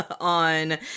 on